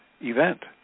event